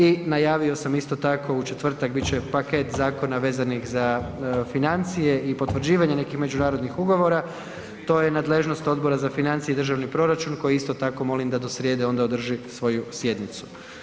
I najavio sam isto tako u četvrtak bit će paket zakona vezanih za financije i potvrđivanje nekih međunarodnih ugovora, to je nadležnog Odbora za financije i državni proračun koji isto tako molim da do srijede onda održi svoju sjednicu.